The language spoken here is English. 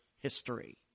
history